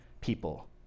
people